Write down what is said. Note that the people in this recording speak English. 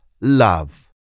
Love